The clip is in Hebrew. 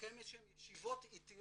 לקיים איזה שהן ישיבות איטיות